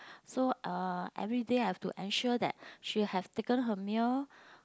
so uh everyday I've to ensure that she have taken her meal